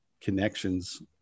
connections